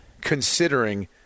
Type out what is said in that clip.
considering